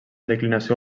declinació